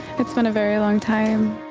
it's been a very long time.